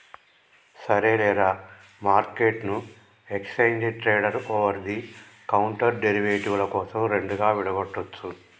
సరేలేరా, మార్కెట్ను exchange traded over the counter derivative ల కోసం రెండుగా విడగొట్టొచ్చు